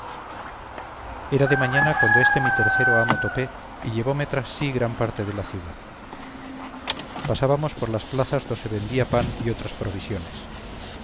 era de mañana cuando este mi tercero amo topé y llevóme tras sí gran parte de la ciudad pasábamos por las plazas do se vendía pan y otras provisiones